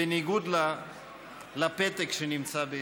בניגוד לפתק שנמצא בידי,